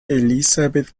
elizabeth